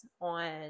on